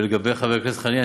ולחבר הכנסת חנין,